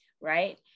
right